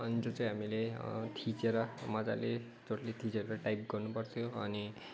अन्त त चाहिँ हामीले थिचेर मजाले जोडले थिचेर टाइप गर्नुपर्थ्यो अनि